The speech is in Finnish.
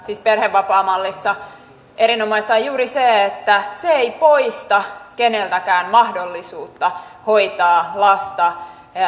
siis perhevapaamallissa erinomaista on juuri se että se ei poista keneltäkään mahdollisuutta hoitaa lasta